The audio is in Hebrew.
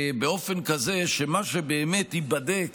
באופן כזה שמה שבאמת ייבדק